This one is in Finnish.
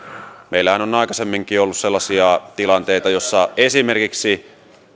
meillähän on aikaisemminkin ollut sellaisia tilanteita joissa esimerkiksi